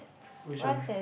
which one